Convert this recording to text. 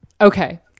okay